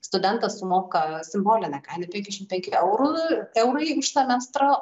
studentas sumoka simbolinę kainą penkiasdešimt penki eurų eurai už semestrą